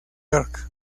york